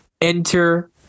enter